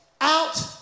out